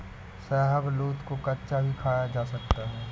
शाहबलूत को कच्चा भी खाया जा सकता है